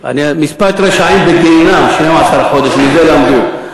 משפט רשעים בגיהינום 12 חודש, מזה למדו.